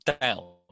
down